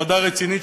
ועדה רצינית,